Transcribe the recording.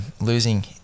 losing